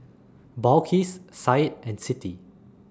Balqis Said and Siti